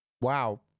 wow